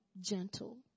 gentle